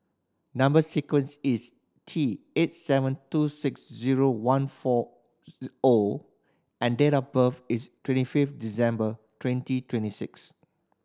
number sequence is T eight seven two six zero one four O and date of birth is twenty fifth December twenty twenty six